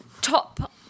top